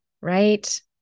right